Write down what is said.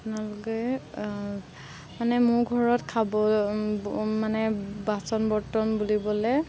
আপোনালোকে মানে মোৰ ঘৰত খাব মানে বাচন বৰ্তন বুলিবলৈ